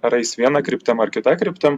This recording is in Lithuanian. ar ais viena kryptim ar kita kryptim